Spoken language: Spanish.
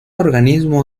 organismo